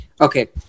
Okay